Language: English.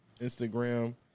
Instagram